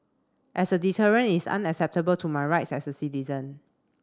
as a deterrent is unacceptable to my rights as a citizen